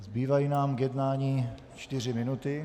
Zbývají nám k jednání čtyři minuty.